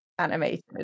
animated